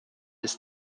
ist